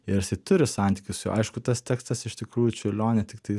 ir jisai turi santykius su juo aišku tas tekstas iš tikrųjų čiurlionį tiktais